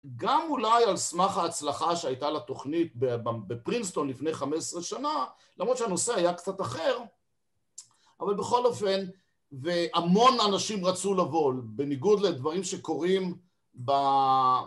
גם אולי על סמך ההצלחה שהייתה לתוכנית בפרינסטון לפני חמש עשרה שנה למרות שהנושא היה קצת אחר אבל בכל אופן והמון אנשים רצו לבוא בניגוד לדברים שקורים